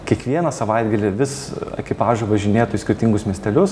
kiekvieną savaitgalį vis ekipažai važinėtų į skirtingus miestelius